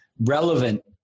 relevant